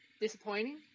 disappointing